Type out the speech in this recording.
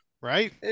Right